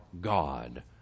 God